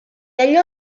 allò